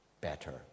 better